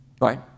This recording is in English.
Right